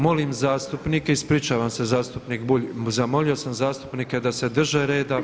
Molim zastupnike, ispričavam se zastupnik Bulj, zamolio sam zastupnike da se drže reda.